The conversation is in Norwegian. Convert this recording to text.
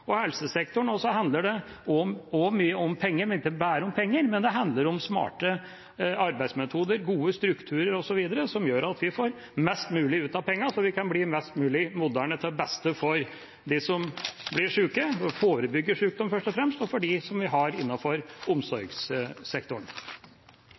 helsesektoren handler det også mye om penger, men ikke bare om penger. Det handler også om smarte arbeidsmetoder, gode strukturer osv., som gjør at vi får mest mulig ut av pengene, slik at vi kan bli mest mulig moderne, til beste for både de som blir syke – men vi skal først og fremst forebygge sykdom – og de som er innenfor omsorgssektoren. Flere har